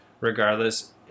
regardless